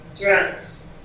drugs